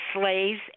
slaves